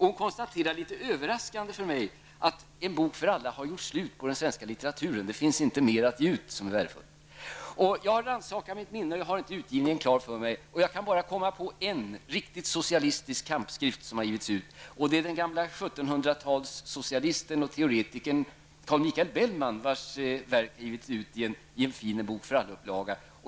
Hon konstaterar, och det är litet överraskande för mig att höra det, att En bok för alla har gjort slut på den svenska litteraturen, att den har gjort att det inte finns något mera att ge ut som är värdefullt. Jag har rannsakat mitt minne -- jag har inte utgivningen klar för mig -- men jag kan bara komma på en riktigt socialistisk kampskrift som har givits ut. Jag tänker på 1700-talssocialisten och teoretikern Carl Michael Bellman, vars verk har publicerats i en fin En bok för alla-upplaga.